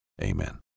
Amen